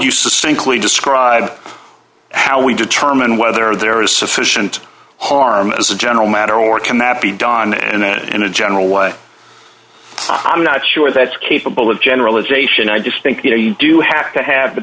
systemically describe how we determine whether there is sufficient harm as a general matter or can that be done and in a general way i'm not sure that's capable of generalization i just think you know you do have to have the